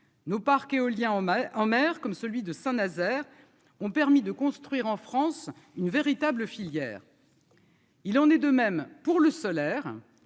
Nos parcs éoliens en mer en mer, comme celui de Saint-Nazaire ont permis de construire en France une véritable filière. Il en est de même pour le solaire,